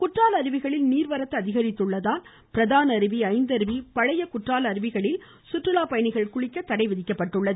குற்றால அருவிகளில் நீர்வரத்து அதிகரித்துள்ளதால் பிரதான அருவி ஐந்தருவி பழைய குற்றால அருவிகளில் சுற்றுலா பயணிகள் குளிக்க தடை விதிக்கப்பட்டுள்ளது